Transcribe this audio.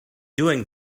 doing